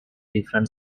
different